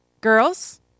Girls